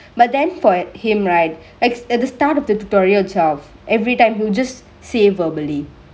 but then for him right at at the start of the tutorial twelve everytime he will just say verbally